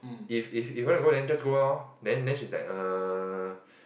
if if you want to go then just go loh then then she's like err